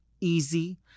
easy